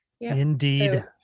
Indeed